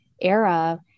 era